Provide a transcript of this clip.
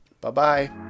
bye-bye